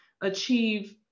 achieve